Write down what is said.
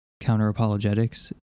Counter-Apologetics